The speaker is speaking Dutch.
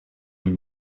een